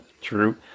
True